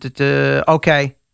Okay